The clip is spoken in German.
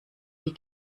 die